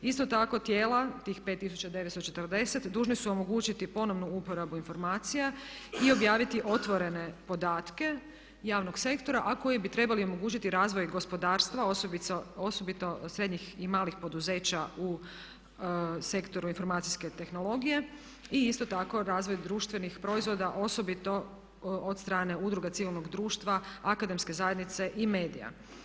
Isto tako tijela tih 5940 dužni su omogućiti ponovnu uporabu informacija i objaviti otvorene podatke javnog sektora a koji bi trebali omogućiti razvoj gospodarstva osobito srednjih i malih poduzeća u sektoru informacijske tehnologije i isto tako razvoj društvenih proizvoda osobito od strane udruga civilnog društva, akademske zajednice i medija.